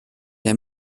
der